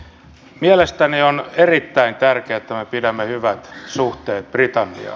mielestäni on erittäin tärkeää että me pidämme hyvät suhteet britanniaan